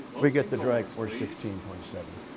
we get the drag force, sixteen point seven.